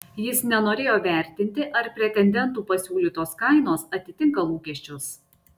jis nenorėjo vertinti ar pretendentų pasiūlytos kainos atitinka lūkesčius